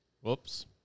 Whoops